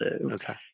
Okay